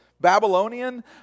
Babylonian